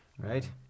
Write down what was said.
right